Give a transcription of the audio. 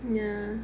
mm ya